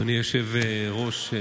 אדוני היושב-ראש,